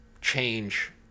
change